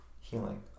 healing